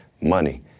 money